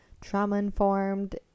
trauma-informed